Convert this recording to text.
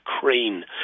crane